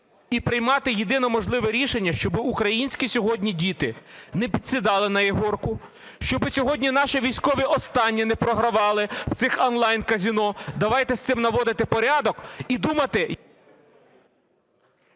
і приймати єдино можливе рішення, щоб українські сьогодні діти не підсідали на "ігорку", щоби сьогодні наші військові останнє не програвали, в цих онлайн-казино. Давайте з цим наводити порядок і думати…